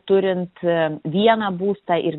turinti vieną būstą ir